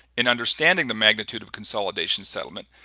in understanding the magnitude of consolidation settlement,